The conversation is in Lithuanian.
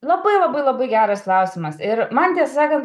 labai labai labai geras klausimas ir man tiesą sakant